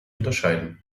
unterscheiden